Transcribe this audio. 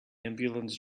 ambulance